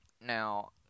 Now